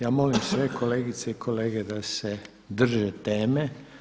Ja molim sve kolegice i kolege da se drže teme.